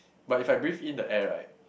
but if I breathe in the air right